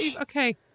Okay